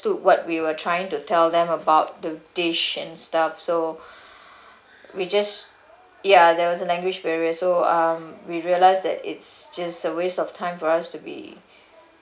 what we were trying to tell them about the dish and stuff so we just ya there was a language barrier so um we realised that it's just a waste of time for us to be